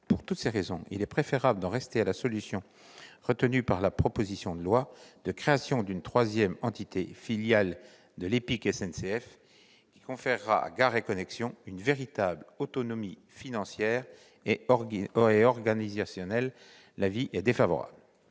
Pour toutes ces raisons, il est préférable d'en rester à la solution retenue dans la proposition de loi, à savoir créer une troisième entité, filiale de l'EPIC SNCF, ce qui conférera à Gares & Connexions une véritable autonomie financière et organisationnelle. La commission est donc défavorable